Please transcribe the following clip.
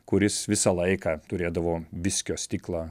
kuris visą laiką turėdavo viskio stiklą